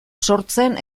sortzen